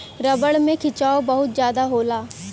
rubber में खिंचाव बहुत जादा होला